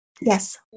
Yes